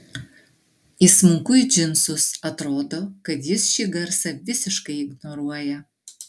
įsmunku į džinsus atrodo kad jis šį garsą visiškai ignoruoja